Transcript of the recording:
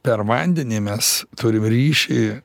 per vandenį mes turim ryšį